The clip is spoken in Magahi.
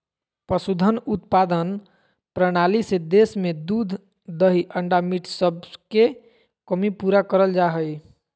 पशुधन उत्पादन प्रणाली से देश में दूध दही अंडा मीट सबके कमी पूरा करल जा हई